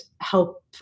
help